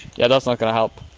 yeah that's not gonna help.